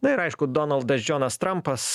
na ir aišku donaldas džonas trampas